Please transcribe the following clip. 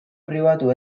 pribatu